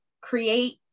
create